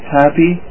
happy